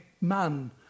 man